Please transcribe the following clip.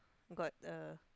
got a